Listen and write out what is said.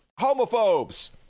homophobes